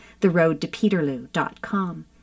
theroadtopeterloo.com